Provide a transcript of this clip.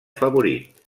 favorit